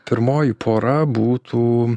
pirmoji pora būtų